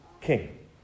king